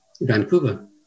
Vancouver